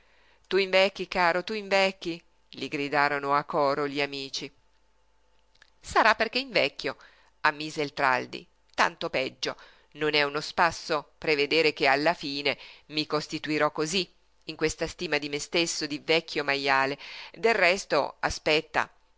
tu invecchi caro tu invecchi gli gridarono a coro gli amici sarà perché invecchio ammise il traldi tanto peggio non è uno spasso prevedere che alla fine mi costituirò cosí in questa stima di me stesso di vecchio majale del resto aspetta